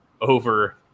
over